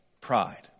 pride